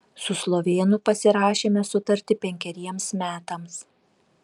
su slovėnu pasirašėme sutartį penkeriems metams